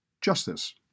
justice